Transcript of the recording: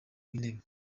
w’intebe